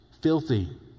filthy